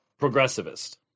progressivist